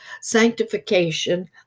sanctification